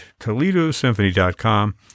ToledoSymphony.com